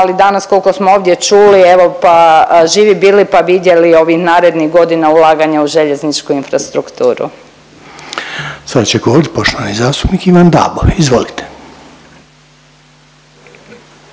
ali danas kolko smo ovdje čuli, evo pa živi bili, pa vidjeli ovih narednih godina ulaganja u željezničku infrastrukturu. **Reiner, Željko (HDZ)** Sad će govorit poštovani zastupnik Ivan Dabo, izvolite.